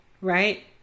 right